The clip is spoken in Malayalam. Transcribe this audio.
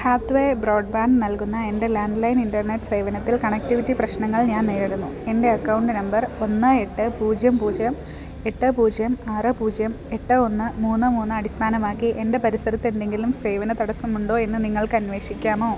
ഹാത്വേ ബ്രോഡ്ബാൻഡ് നൽകുന്ന എൻ്റെ ലാൻഡ്ലൈൻ ഇൻറ്റർനെറ്റ് സേവനത്തിൽ കണക്റ്റിവിറ്റി പ്രശ്നങ്ങൾ ഞാന് നേരിടുന്നു എൻ്റെ അക്കൗണ്ട് നമ്പർ ഒന്ന് എട്ട് പൂജ്യം പൂജ്യം എട്ട് പൂജ്യം ആറ് പൂജ്യം എട്ട് ഒന്ന് മൂന്ന് മൂന്ന് അടിസ്ഥാനമാക്കി എൻ്റെ പരിസരത്തെന്തെങ്കിലും സേവനതടസ്സമുണ്ടോയെന്ന് നിങ്ങൾക്കന്വേഷിക്കാമോ